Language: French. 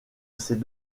ces